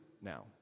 now